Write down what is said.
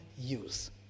use